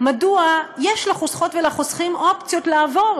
מדוע יש לחוסכות ולחוסכים אופציות לעבור,